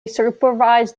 supervised